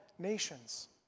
nations